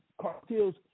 cartels